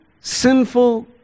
sinful